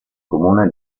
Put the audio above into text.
comune